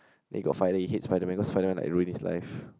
then he got fire then he hate Spider-Man cause Spider-Man like ruin his life